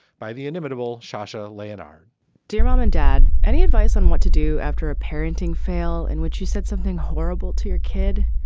by the inimitable shasha leonhard dear mom and dad. any advice on what to do after a parenting fail in which you said something horrible to your kid?